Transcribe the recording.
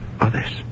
Others